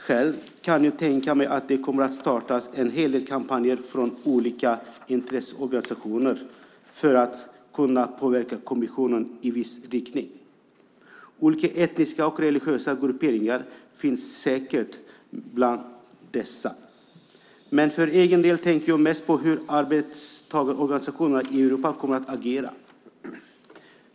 Själv kan jag tänka mig att det kommer att startas en hel del kampanjer från olika intresseorganisationer för att påverka kommissionen i viss riktning. Olika etniska och religiösa grupperingar finns säkert bland dessa, men för egen del tänker jag mest på hur arbetstagarorganisationerna i Europa kommer att agera.